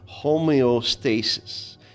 homeostasis